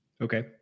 Okay